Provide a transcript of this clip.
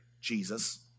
Jesus